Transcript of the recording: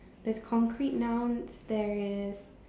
there's concrete nouns there is